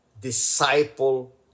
disciple